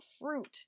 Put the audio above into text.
fruit